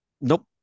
Nope